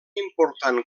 important